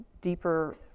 deeper